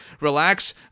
relax